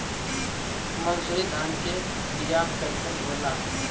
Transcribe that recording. मनसुरी धान के बिया कईसन होला?